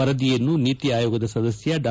ವರದಿಯನ್ನು ನೀತಿ ಆಯೋಗದ ಸದಸ್ಕ ಡಾ